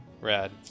rad